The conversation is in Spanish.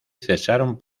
cesaron